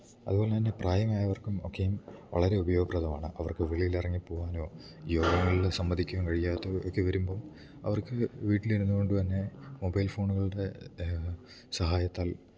അതുപോലെ തന്നെ പ്രായമായവർക്കും ഒക്കെയും വളരെ ഉപയോഗപ്രദമാണ് അവർക്ക് വെളിയിൽ ഇറങ്ങി പോവാനോ യോഗങ്ങളിൽ സംബന്ധിക്കുവാൻ കഴിയാത്തത് ഒക്കെ വരുമ്പോൾ അവർക്ക് വീട്ടിൽ ഇരുന്ന് കൊണ്ട് തന്നെ മൊബൈൽ ഫോണുകളുടെ സഹായത്താൽ